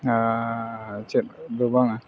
ᱟᱨᱻ ᱪᱮᱫ ᱫᱚ ᱵᱟᱝᱟ